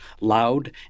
loud